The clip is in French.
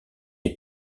est